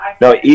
No